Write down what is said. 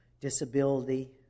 disability